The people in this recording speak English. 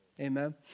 Amen